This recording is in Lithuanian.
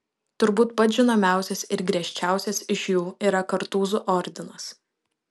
turbūt pats žinomiausias ir griežčiausias iš jų yra kartūzų ordinas